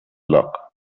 luck